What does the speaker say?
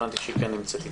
הבנתי שהיא כן נמצאת איתנו.